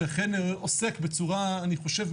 שעוסק בצורה אני חושב,